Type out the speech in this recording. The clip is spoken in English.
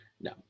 No